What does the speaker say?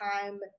time